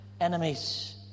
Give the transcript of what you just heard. Enemies